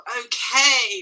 okay